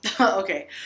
Okay